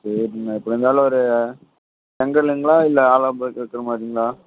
சேரிங்கண்ணா எப்படிருந்தாலும் ஒரு செங்கல்லுங்களா இல்லை ஆலோப்ளாக் வைக்கிறமாதிரிங்களா